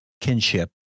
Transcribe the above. kinship